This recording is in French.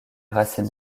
racines